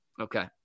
Okay